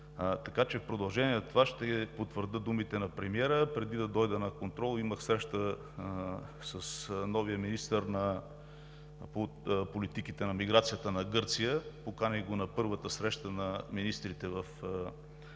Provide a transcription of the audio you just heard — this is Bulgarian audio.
съюз. В продължение на това, ще потвърдя думите на премиера. Преди да дойда за контрола, имах среща с новия министър по политиките на миграцията на Гърция. Поканих го на първата среща на министрите във